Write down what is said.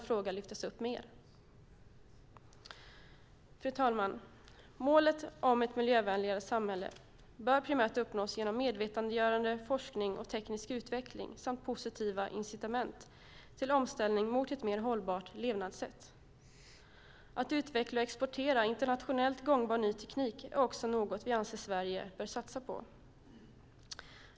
Fru talman! Målet om ett miljövänligare samhälle bör primärt uppnås genom medvetandegörande, forskning och teknisk utveckling samt positiva incitament till omställning mot ett mer hållbart levnadssätt. Att utveckla och exportera internationellt gångbar ny teknik är också något som vi anser att Sverige bör satsa på.